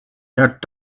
third